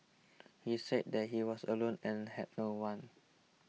he said that he was alone and had no one